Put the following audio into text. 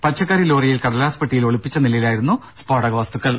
പച്ചക്കറി ലോറിയിൽ കടലാസ് പെട്ടികളിൽ ഒളിപ്പിച്ച നിലയിലായിരുന്നു സ്ഫോടക വസ്തുക്കൾ